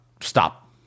stop –